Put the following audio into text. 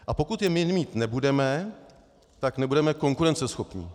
A pokud je my mít nebudeme, tak nebudeme konkurenceschopní.